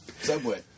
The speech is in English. Subway